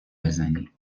بزنی